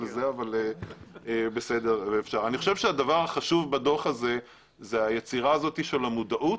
אני חושב שהדבר החשוב בדוח הזה זאת היצירה הזאת של המודעות.